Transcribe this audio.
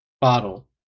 bottle